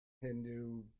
Hindu